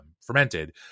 fermented